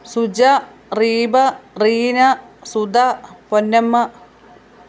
Suja Reeba Reena Sudha Ponnamma